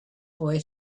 boy